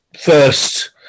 first